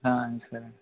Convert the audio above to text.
సరేనండి